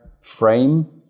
frame